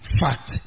fact